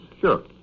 Sure